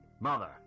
mother